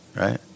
Right